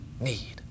need